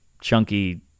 chunky